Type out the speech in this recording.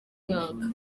mwaka